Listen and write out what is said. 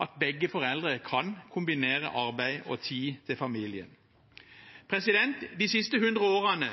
at begge foreldre kan kombinere arbeid og tid til familien. De siste hundre årene